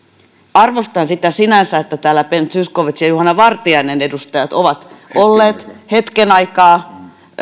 arvostan sitä sinänsä että täällä edustajat ben zyskowicz ja juhana vartiainen ovat olleet hetken aikaa